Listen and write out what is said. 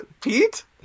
Pete